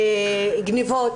שיעור הגניבות,